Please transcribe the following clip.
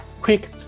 quick